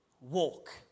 Walk